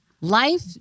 Life